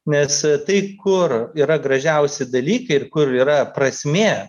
nes tai kur yra gražiausi dalykai ir kur yra prasmė